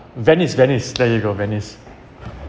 venice venice there you go venice